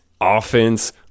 offense